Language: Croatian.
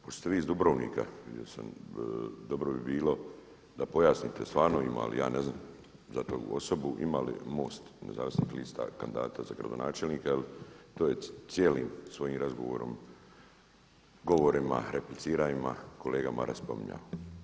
Pošto ste vi iz Dubrovnika vidio sam, dobro bi bilo da pojasnite stvarno ima li, ja ne znam za tu osobu, ima li MOST Nezavisnih lista kandidata za gradonačelnika jel to je cijelim svojim razgovorom, govorima, repliciranjima kolega Maras spominjao.